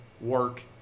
work